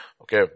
Okay